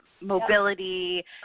mobility